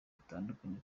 dutandukanye